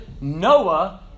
Noah